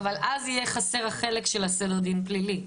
אבל אז אנחנו יהיה חסר החלק של סדר הדין הפלילי.